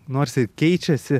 nors ir keičiasi